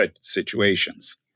situations